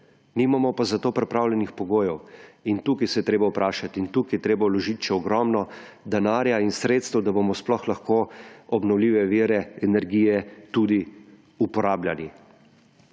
nimamo pa za to pripravljenih pogojev. In tukaj se je treba vprašati in tukaj je treba vložiti še ogromno denarja in sredstev, da bomo sploh lahko obnovljive vire energije tudi uporabljali.